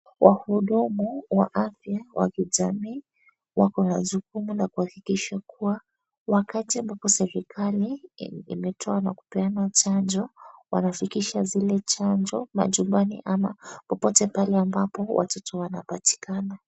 Wahudumu wa afya wa kijamii wako na jukumu la kuhakikisha kuwa wakati ambapo serikali imetoa na kupeana chanjo wanafikisha zile chanjo majumbani ama popote pale ambapo watoto wanapatikana.